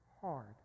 hard